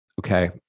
Okay